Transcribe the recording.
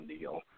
deal